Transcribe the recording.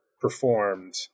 performed